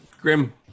Grim